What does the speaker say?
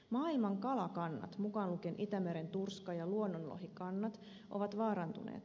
maailman kalakannat mukaan lukien itämeren turska ja luonnonlohikannat ovat vaarantuneet